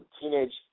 teenage